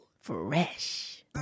Fresh